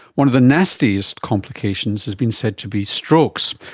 one of the nastiest complications has been said to be strokes,